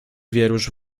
wierusz